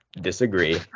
disagree